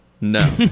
No